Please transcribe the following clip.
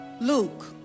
Luke